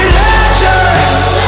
legends